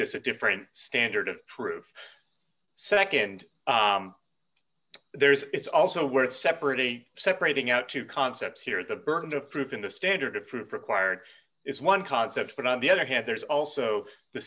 this a different standard of proof nd there's it's also worth separate a separating out two concepts here the burden of proof in the standard of proof required is one concept but on the other hand there's also the